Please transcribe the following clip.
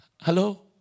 Hello